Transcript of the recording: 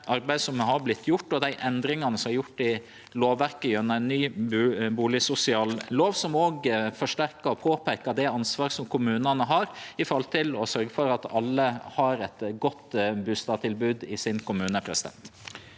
arbeidet som er vorte gjort, og dei endringane som er gjorde i lovverket gjennom ein ny bustadsosial lov som òg forsterkar og påpeikar det ansvaret som kommunane har for å sørgje for at alle har eit godt bustadtilbod i sin kommune. Presidenten